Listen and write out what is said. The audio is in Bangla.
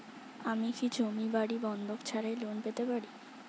আমি কি জমি বাড়ি বন্ধক ছাড়াই লোন পেতে পারি?